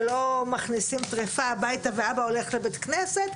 ולא מכניסים טרפה הביתה ואבא הולך לבית כנסת,